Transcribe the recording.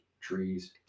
trees